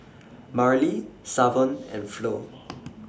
Marilee Savon and Flo